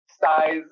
size